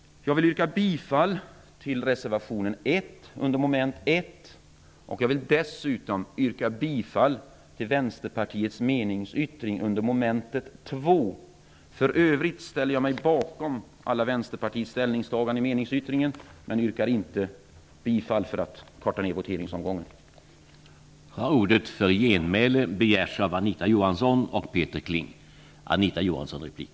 Jag vill yrka bifall till reservationen 1 under mom. 1. Jag vill dessutom yrka bifall till Vänsterpartiets meningsyttring under mom. 2. För övrigt ställer jag mig bakom alla Vänsterpartiets ställningstaganden i meningsyttringen, men för att korta ned voteringsomgången yrkar jag inte bifall.